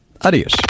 Adios